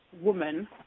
woman